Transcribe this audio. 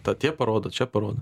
tą tie parodo čia parodo